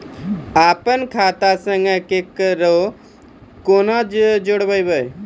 अपन खाता संग ककरो कूना जोडवै?